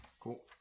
Cool